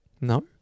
No